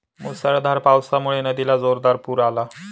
मुसळधार पावसामुळे नदीला जोरदार पूर आला